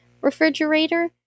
refrigerator